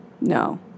No